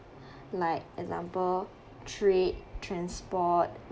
like example trade transport